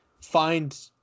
find